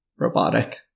Robotic